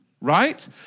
Right